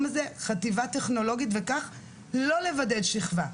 הזה "חטיבה טכנולוגית" ובכך לא לבודד את השכבה.